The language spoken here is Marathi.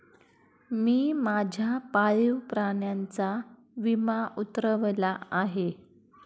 मी माझ्या पाळीव प्राण्याचा विमा उतरवला आहे